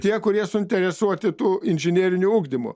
tie kurie suinteresuoti tų inžineriniu ugdymu